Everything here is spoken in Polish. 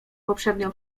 poprzednio